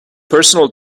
personal